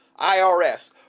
IRS